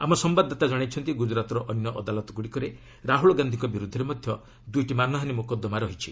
ଆମ ସମ୍ଭାଦଦାତା ଜଣାଇଛନ୍ତି ଗୁଜୁରାତ୍ର ଅନ୍ୟ ଅଦାଲତଗୁଡ଼ିକରେ ରାହୁଳ ଗାନ୍ଧିଙ୍କ ବିରୁଦ୍ଧରେ ମଧ୍ୟ ଦୁଇଟି ମାନହାନୀ ମୋକଦ୍ଦମା ରହିଛି